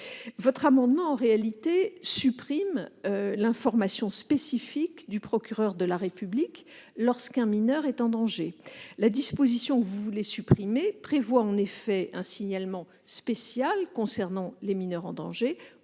votre amendement tend à supprimer l'information spécifique du procureur de la République lorsqu'un mineur est en danger. La disposition que vous voulez abroger prévoit en effet un signalement spécial concernant les mineurs en danger